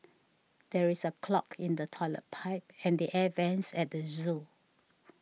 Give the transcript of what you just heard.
there is a clog in the Toilet Pipe and the Air Vents at the zoo